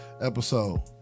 episode